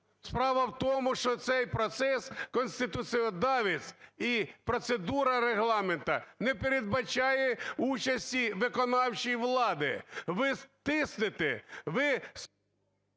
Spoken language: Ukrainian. Справа в тому, що цей процес, конституціодавець і процедура Регламенту не передбачає участі виконавчої влади. Ви тиснете… ГОЛОВУЮЧИЙ.